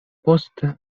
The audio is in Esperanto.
poste